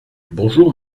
bonjour